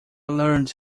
learned